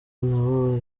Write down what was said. n’abo